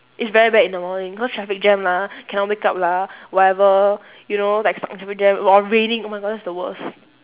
it's very bad in the morning because traffic jam lah cannot wake up lah whatever you know like stuck in traffic jam while raining oh my god that's the worst